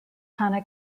kana